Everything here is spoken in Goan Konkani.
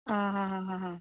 हा हा हा हा